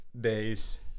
days